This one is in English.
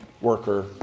worker